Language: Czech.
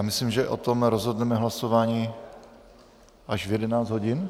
Myslím, že o tom rozhodneme hlasováním až v 11 hodin?